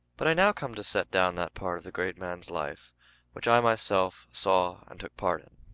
but i now come to set down that part of the great man's life which i myself saw and took part in.